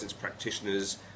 practitioners